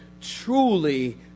truly